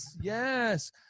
yes